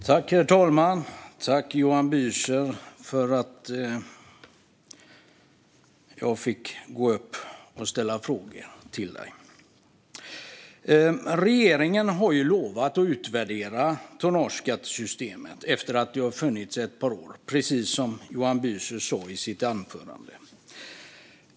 Herr talman! Tack, Johan Büser, för att jag fick möjlighet att gå upp här och ställa frågor till dig! Regeringen har lovat att utvärdera tonnageskattesystemet efter att det har funnits i några år, precis som Johan Büser sa i sitt anförande.